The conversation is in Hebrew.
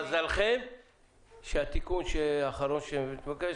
מזלכם שהתיקון האחרון שהתבקש,